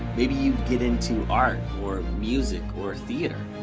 maybe you get into art or music or theater?